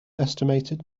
estimated